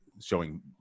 showing